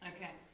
Okay